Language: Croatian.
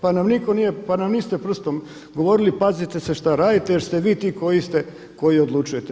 Pa nam nitko nije, pa nam niste prstom govorili pazite se šta radite jer ste vi ti koji odlučujete.